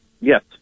Yes